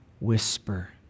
whisper